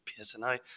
PSNI